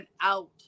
out